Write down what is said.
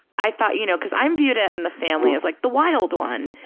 i thought, you know, because i'm viewed ah in the family as like the wild one.